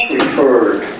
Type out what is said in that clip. referred